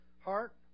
heart